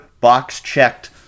box-checked